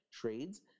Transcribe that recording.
Trades